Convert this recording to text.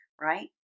right